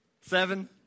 seven